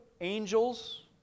angels